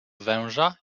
węża